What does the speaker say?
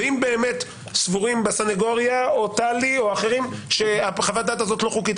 ואם באמת סבורים בסניגוריה או טלי או אחרים שחוות הדעת הזאת לא חוקית,